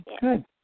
good